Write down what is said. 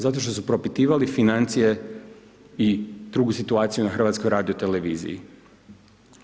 Zato što su propitivali financije i drugu situaciju na HRT-u.